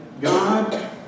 God